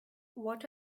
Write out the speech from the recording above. what